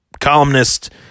columnist